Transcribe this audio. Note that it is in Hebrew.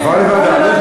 עבר לוועדה.